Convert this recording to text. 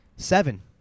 Seven